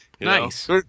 Nice